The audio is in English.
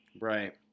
Right